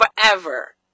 forever